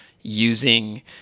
using